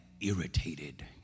irritated